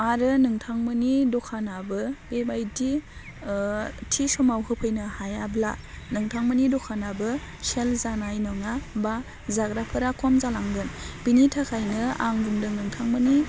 आरो नोंथामोननि दखानाबो बेबायदि थि समाव होफैनो हायाब्ला नोंथांमोननि दखानानबो सेल जानाय नङा बा जाग्रा फोरा खम जालांगोन बेनि थाखायनो आं बुंदों नोंथांमोननि